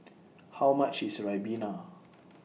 How much IS Ribena